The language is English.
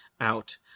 out